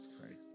Christ